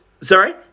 Sorry